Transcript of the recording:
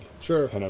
Sure